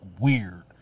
weird